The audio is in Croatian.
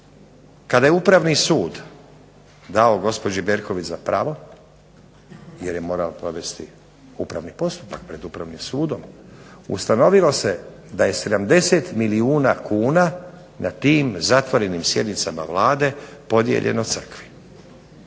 Kada je Upravni sud dao gospođi Berković za pravo jer je morao provesti upravni postupak pred Upravnim sudom ustanovilo se da je 70 milijuna kuna na tim zatvorenim sjednicama Vlade podijeljeno Crkvi.